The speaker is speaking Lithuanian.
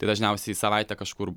tai dažniausiai savaitę kažkur